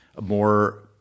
more